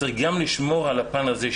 צריך גם לשמור על הפן הזה,